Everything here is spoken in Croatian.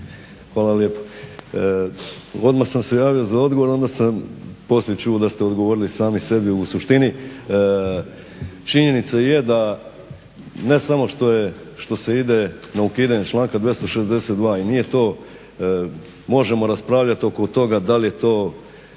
Hvala lijepa. Odmah sam se javio za odgovor, a onda sam poslije čuo da ste odgovorili sami sebi u suštini. Činjenica je da ne samo što se ide na ukidanje članka 262. i nije to, možemo raspravljati oko toga da li je to